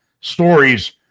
stories